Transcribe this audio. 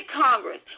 Congress